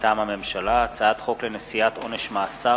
מטעם הממשלה: הצעת חוק לנשיאת עונש מאסר